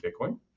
Bitcoin